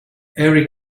every